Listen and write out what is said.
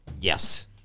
Yes